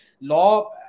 Law